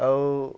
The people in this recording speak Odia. ଆଉ